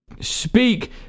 speak